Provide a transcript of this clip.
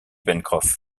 pencroff